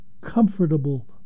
comfortable